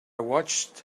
watched